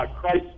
Christ